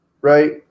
right